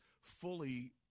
fully